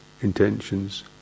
intentions